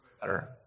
better